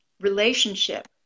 relationship